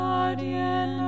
guardian